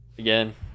again